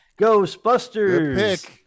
Ghostbusters